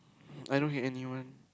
I don't hate anyone